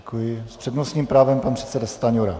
S přednostním právem pan předseda Stanjura.